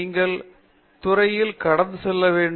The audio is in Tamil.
நீங்கள் துறைகள் கடந்து செல்ல வேண்டும்